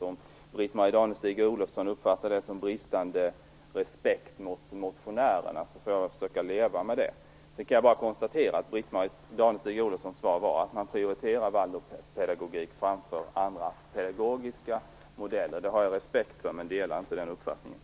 Om Britt-Marie Danestig-Olofsson uppfattar det som bristande respekt mot motionärerna får jag försöka att leva med det. Sedan kan jag bara konstatera att Britt-Marie Danestig-Olofsson svar var att man prioriterar Waldorfpedagogik framför andra pedagogiska modeller. Det har jag respekt för, men jag delar inte den uppfattningen.